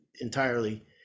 entirely